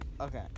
Okay